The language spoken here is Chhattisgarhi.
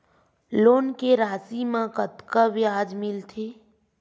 लोन के राशि मा कतका ब्याज मिलथे?